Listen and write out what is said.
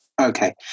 Okay